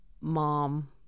mom